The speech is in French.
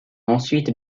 ensuite